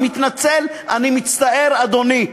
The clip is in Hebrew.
אני מתנצל, אני מצטער, אדוני.